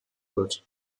wird